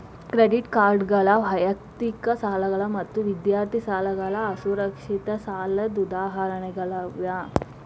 credit ಕಾರ್ಡ್ಗಳ ವೈಯಕ್ತಿಕ ಸಾಲಗಳ ಮತ್ತ ವಿದ್ಯಾರ್ಥಿ ಸಾಲಗಳ ಅಸುರಕ್ಷಿತ ಸಾಲದ್ ಉದಾಹರಣಿಗಳಾಗ್ಯಾವ